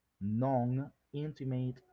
non-intimate